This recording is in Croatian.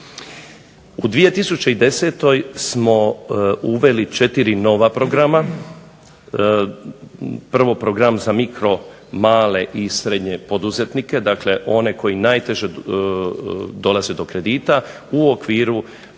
U 2010. smo uveli četiri nova programa. Prvo program za mikro, male i srednje poduzetnike, dakle one koji najteže dolaze do kredita u okviru